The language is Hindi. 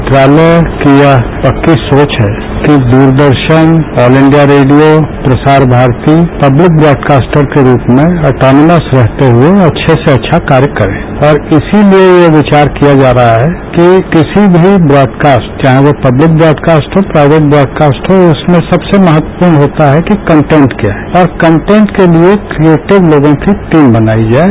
मंत्रालय की यह पक्की सोच है कि Doordarshan All India Radio Prasar Bharati public broadcaster के रूप में स्टर्नस के रूप में रहते हुए अच्छे से अच्छा कार्य करे और इसलिए यह विचार किया जा रहा है कि किसी भी ब्राडकास्ट चाहे वह पक्लिक ब्राडकास्ट हो प्राइवेट ब्राइकास्ट हो उसमें सबसे महत्वपूर्ण होता है कि कंटेंट क्या है और कंटेंट के लिये एक क्रियेटिव लेवल की टीम बनाई जाये